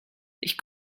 ich